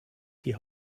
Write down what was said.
die